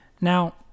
Now